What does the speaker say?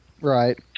Right